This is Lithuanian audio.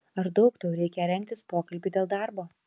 ar daug tau reikia rengtis pokalbiui dėl darbo